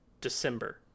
December